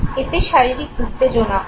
এতে শারীরিক উত্তেজনা হলো